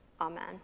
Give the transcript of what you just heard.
Amen